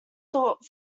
thought